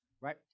right